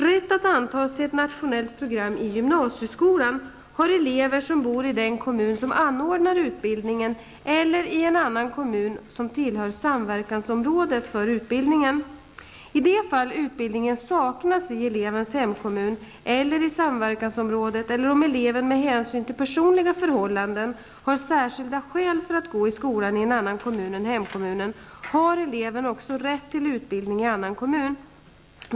Rätt att antas till ett nationellt program i gymnasieskolan har elever som bor i den kommun som anordnar utbildningen eller i en annan kommun som tillhör samverkansområdet för utbildningen. I det fall utbildningen saknas i elevens hemkommun eller i samverkansområdet eller om eleven med hänsyn till personliga förhållanden har särskilda skäl för att gå i skolan i annan kommun än hemkommunen har eleven också rätt till utbildning i annan kommun.